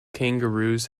kangaroos